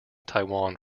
taiwan